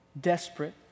desperate